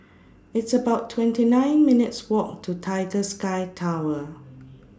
It's about twenty nine minutes' Walk to Tiger Sky Tower